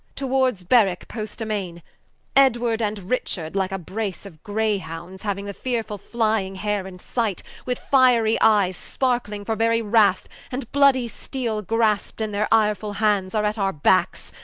towards barwicke post amaine edward and richard like a brace of grey-hounds, hauing the fearfull flying hare in sight, with fiery eyes, sparkling for very wrath, and bloody steele graspt in their yrefull hands are at our backes,